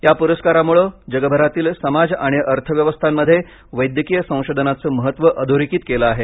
या पुरस्कारामुळे जगभरातील समाज आणि अर्थव्यवस्थांमध्ये वैद्यकीय संशोधनाचे महत्त्व अधोरेखित केले आहे